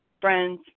friends